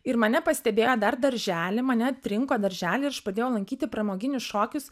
ir mane pastebėjo dar daržely mane atrinko daržely ir aš pradėjau lankyti pramoginius šokius